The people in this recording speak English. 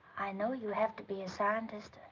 i know you have to be a scientist.